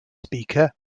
speaker